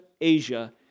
Asia